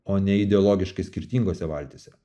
o ne ideologiškai skirtingose valtyse